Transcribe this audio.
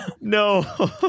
No